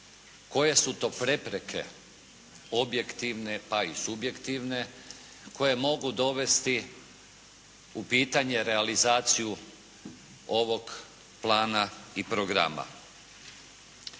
koje su to prepreke objektivne pa i subjektivne koje mogu dovesti u pitanje realizaciju ovog plana i programa.